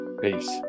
Peace